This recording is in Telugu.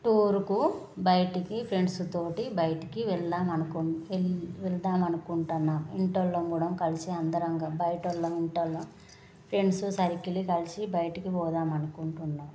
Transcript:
టూరుకు బయటికి ఫ్రెండ్స్తో బయటికి వెళ్దామనుకు వెళ్దామని అనుకుంటున్నాను ఇంటిలో వాళ్ళం కూడా కలసి అందరం బయటి వాళ్ళం ఇంటిలో వాళ్ళం ఫ్రెండ్స్ సర్కిల్ కలసి బయటికి పోదామని అనుకుంటున్నాను